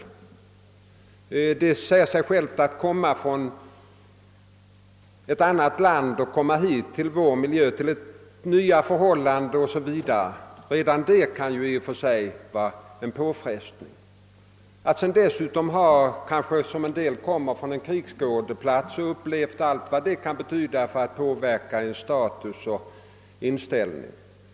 Det är alldeles uppenbart att redan det att komma från ett annat land hit till vår miljö och nya förhållanden i och för sig kan innebära en påfrestning, som för en del ökas av att de kanske kommer från en krigsskådeplats med allt vad det kan betyda i fråga om att påverka deras inställning.